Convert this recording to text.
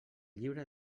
llibre